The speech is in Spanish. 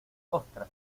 ostras